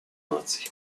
наций